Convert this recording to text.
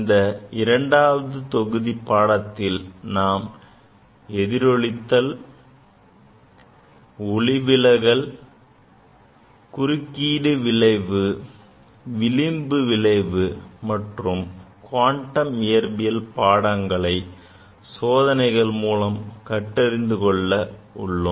இந்த இரண்டாவது தொகுதி பாடத்தில் நாம் எதிரொலித்தல் ஒளிவிலகல் குறுக்கீடு விளைவு விளிம்பு விளைவு மற்றும் குவாண்டம் இயற்பியல் பாடங்களை சோதனைகள் மூலம் கற்றறிந்து கொள்ள உள்ளோம்